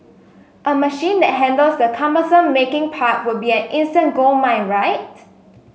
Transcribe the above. a machine that handles the cumbersome 'making' part would be an instant goldmine right